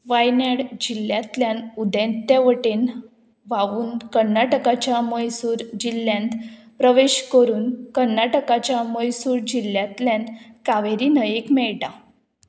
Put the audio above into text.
वायनेड जिल्ल्यांतल्यान उदंते वटेन व्हांवून कर्नाटकाच्या मैसूर जिल्ल्यांत प्रवेश करून कर्नाटकाच्या मैसूर जिल्ल्यांतल्यान कावेरी न्हंयेक मेळटा